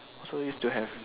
also used to have